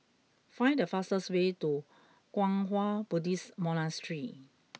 find the fastest way to Kwang Hua Buddhist Monastery